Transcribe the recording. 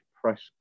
press